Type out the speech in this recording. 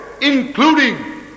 including